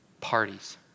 parties